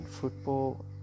football